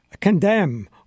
condemn